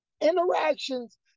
interactions